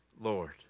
Lord